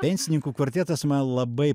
pensininkų kvartetas man labai